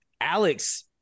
Alex